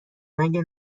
مگه